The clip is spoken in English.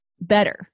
better